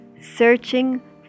Searching